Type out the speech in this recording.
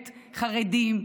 חרדים,